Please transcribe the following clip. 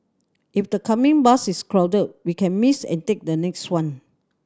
if the coming bus is crowded we can miss and take the next one